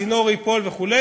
הצינור ייפול וכו',